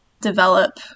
develop